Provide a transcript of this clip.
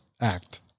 act